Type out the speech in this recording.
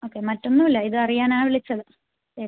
okay മറ്റൊന്നും ഇല്ല ഇത് അറിയാനാണ് വിളിച്ചത് ശരി